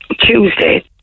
Tuesday